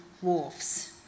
wharfs